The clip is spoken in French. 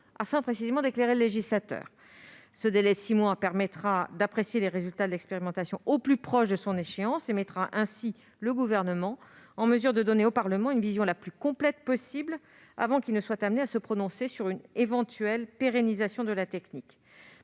afin précisément d'éclairer le législateur. Ce délai de six mois permettra d'apprécier les résultats de l'expérimentation au plus proche de son échéance et mettra ainsi le Gouvernement en mesure de donner au Parlement une vision la plus complète possible, avant qu'il ne soit amené à se prononcer sur une éventuelle pérennisation de la technique.